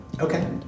Okay